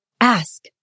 Ask